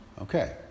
Okay